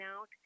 out